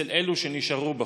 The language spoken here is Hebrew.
אצל אלה שנשארו בחוץ.